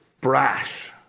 brash